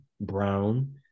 brown